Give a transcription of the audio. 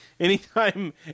Anytime